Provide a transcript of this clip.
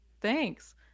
Thanks